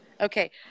Okay